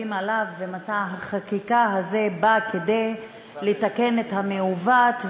עליו ומסע החקיקה הזה בא כדי לתקן את המעוות,